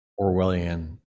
Orwellian